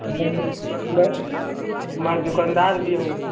म मैं दुकनदार भी हूँ